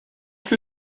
que